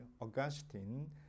Augustine